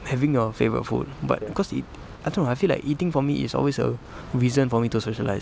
having a favourite food but because eat I don't know I feel like eating for me is always a reason for me to socialize